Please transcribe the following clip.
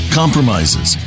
compromises